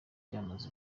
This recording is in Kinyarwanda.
byamaze